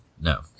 No